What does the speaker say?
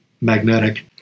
magnetic